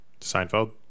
Seinfeld